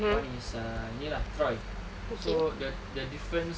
one is ah ni lah troy so that the difference